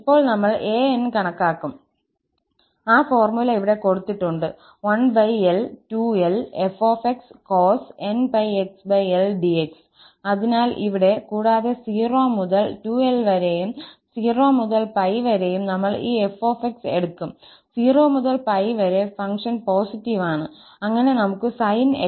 ഇപ്പോൾ നമ്മൾ 𝑎𝑛 കണക്കാക്കും ആ ഫോർമുല ഇവിടെ കൊടുത്തിട്ടുണ്ട് 1l02l𝑓𝑥cos𝑛𝜋𝑥l𝑑𝑥 അതിനാൽ ഇവിടെ കൂടാതെ 0 മുതൽ 2𝑙 വരെയും 0 മുതൽ 𝜋 വരെയും നമ്മൾ ഈ 𝑓𝑥 എടുക്കും0 മുതൽ 𝜋 വരെ ഫംഗ്ഷൻ പോസിറ്റീവാണ് അങ്ങനെ നമുക്ക് sin𝑥 ഉം പിന്നെ cos2𝑛𝑥 ഉം ഉണ്ട്